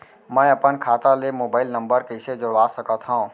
मैं अपन खाता ले मोबाइल नम्बर कइसे जोड़वा सकत हव?